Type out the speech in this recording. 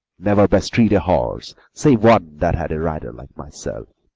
never bestrid a horse, save one that had a rider like myself,